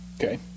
Okay